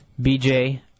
BJ